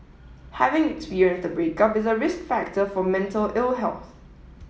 having experienced a breakup is a risk factor for mental ill health